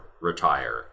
retire